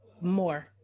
more